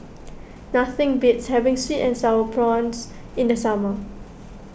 nothing beats having Sweet and Sour Prawns in the summer